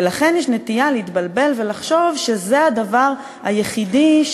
ולכן יש נטייה להתבלבל ולחשוב שזה הדבר היחידי,